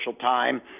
time